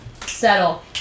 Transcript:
Settle